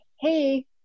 hey